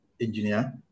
engineer